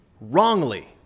wrongly